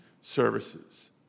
services